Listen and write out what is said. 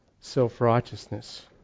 self-righteousness